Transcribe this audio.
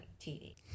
TV